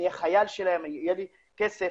אני אהיה חייל שלהם יהיה לי כסף.